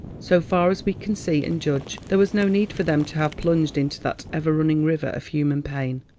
so far as we can see and judge there was no need for them to have plunged into that ever-running river of human pain.